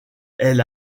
elle